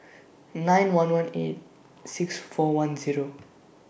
nine one one eight six four one Zero